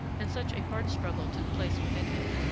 and such a hard struggle took place within him,